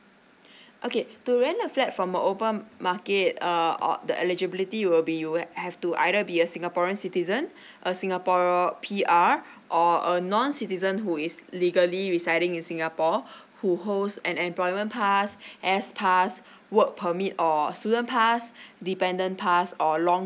okay to rent a flat from a open market uh on the eligibility will be you will have to either be a singaporean citizens a singapore P_R or a non citizen who is legally residing in singapore who holds an employment pass S pass work permit or student pass dependent pass or long